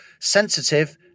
sensitive